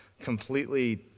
completely